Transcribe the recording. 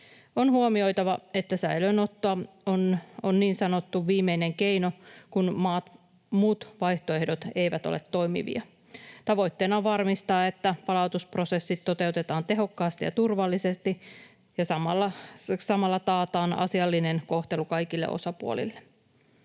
On huomioitava, että säilöönotto on niin sanottu viimeinen keino, kun muut vaihtoehdot eivät ole toimivia. Tavoitteena on varmistaa, että palautusprosessit toteutetaan tehokkaasti ja turvallisesti ja samalla taataan asiallinen kohtelu kaikille osapuolille.